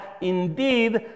indeed